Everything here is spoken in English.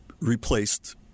replaced